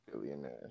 billionaire